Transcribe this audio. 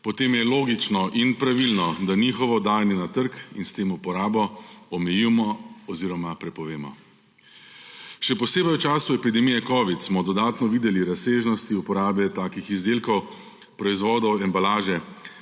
potem je logično in pravilno, da njihovo dajanje na trg in s tem uporabo omejimo oziroma prepovemo. Še posebej v času epidemije covida smo dodatno videli razsežnosti uporabe takih izdelkov, proizvodov, embalaže;